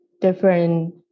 different